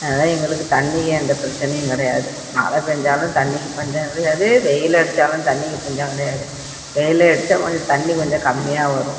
அதனால் எங்களுக்கு தண்ணியில் எந்த பிரச்சனையும் கிடையாது மழை பேய்ஞ்சாலும் தண்ணிக்கு பஞ்சம் கிடையாது வெயில் அடித்தாலும் தண்ணிக்கு பஞ்சம் கிடையாது வெயில் அடித்தா கொஞ்சம் தண்ணி கொஞ்சம் கம்மியாக வரும்